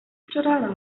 алчуураар